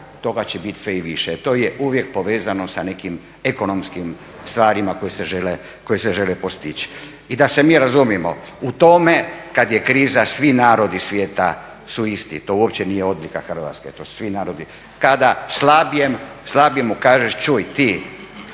toga će biti sve i više. To je uvijek povezano sa nekim ekonomskim stvarima koje se žele postići. I da se mi razumijemo, u tome, kad je kriza, svi narodi svijeta su isti, to uopće nije odlika Hrvatske, to su svi narodi. Kada slabijem kažeš, čuj ti,